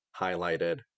highlighted